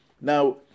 Now